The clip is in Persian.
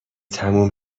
تموم